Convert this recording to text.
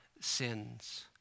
sins